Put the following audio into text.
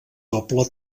doble